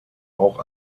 auch